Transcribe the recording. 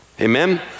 amen